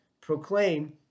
proclaim